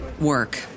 work